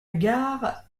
gare